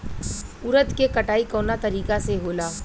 उरद के कटाई कवना तरीका से होला?